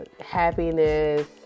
happiness